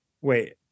wait